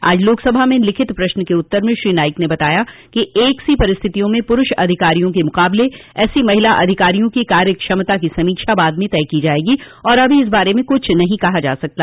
आज लोकसभा में लिखित प्रश्न के उत्तर में श्री नाइक ने बताया कि एक सी परिस्थितियों में प्ररूष अधिकारियों के मुकाबले ऐसी महिला अधिकारियों की कार्यक्षमता की समीक्षा बाद में तय की जायेगी और अभी इस बारे में कुछ कहा नहीं जा सकता